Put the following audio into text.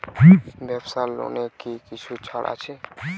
ব্যাবসার লোনে কি কিছু ছাড় আছে?